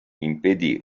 impedì